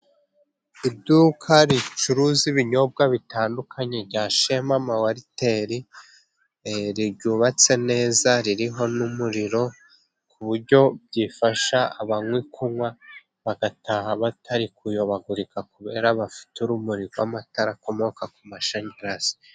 Iduka ricuruza ibinyobwa bitandukanye bya Shema mawariteri, ryubatse neza ririho n'umuriro ku buryo bifasha abari kunywa bagataha batari kuyobagurika kubera bafite urumuri rw'amatara akomoka ku mashanyarazi.